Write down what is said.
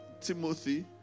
Timothy